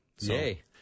Yay